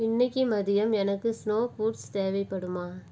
இன்னிக்கு மதியம் எனக்கு ஸ்னோ பூட்ஸ் தேவைப்படுமா